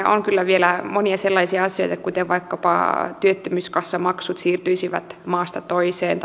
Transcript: on kyllä vielä monia sellaisia asioita kuten vaikkapa se että työttömyyskassamaksut siirtyisivät maasta toiseen